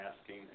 asking